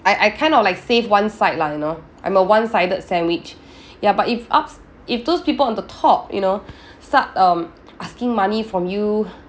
I I kind of like save one side lah you know I'm a one-sided sandwich ya but if ups if those people on the top you know start um asking money from you